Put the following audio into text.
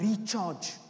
recharge